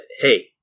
hey